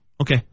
Okay